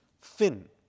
thin